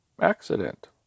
accident